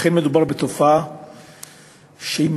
אכן מדובר בתופעה מחרידה.